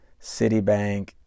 Citibank